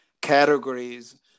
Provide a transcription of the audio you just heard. categories